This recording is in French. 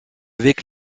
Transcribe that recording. avec